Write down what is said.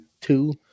two